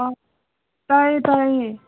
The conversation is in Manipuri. ꯑꯧ ꯇꯥꯏꯌꯦ ꯇꯥꯏꯌꯦ